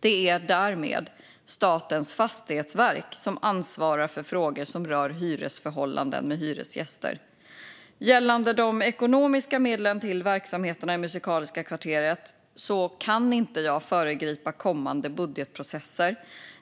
Det är därmed Statens fastighetsverk som ansvarar för frågor som rör hyresförhållanden med hyresgäster. Gällande de ekonomiska medlen till verksamheterna i Musikaliska kvarteret kan jag inte föregripa kommande budgetprocesser.